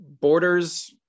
Borders